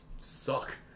suck